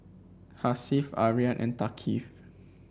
Hasif Aryan and Thaqif